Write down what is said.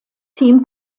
team